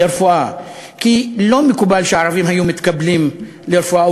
כי לא מקובל שערבים היו מתקבלים לרפואה.